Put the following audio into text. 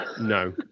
No